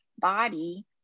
body